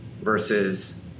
versus